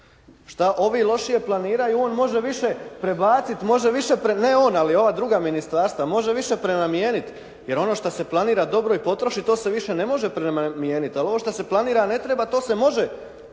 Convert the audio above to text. Što ovi lošije planiraju on može više prebaciti može više, ne on, ali ova druga ministarstva može više prenamijeniti jer ono što se planira dobro i potroši to se više ne može prenamijeniti, a ono što se planira ne treba to se ože prenamijeniti.